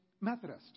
Methodist